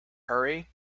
hurry